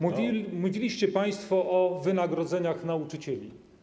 Mówiliście państwo o wynagrodzeniach nauczycieli.